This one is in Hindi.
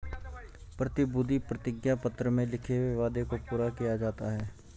प्रतिभूति प्रतिज्ञा पत्र में लिखे हुए वादे को पूरा किया जाता है